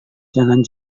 jalan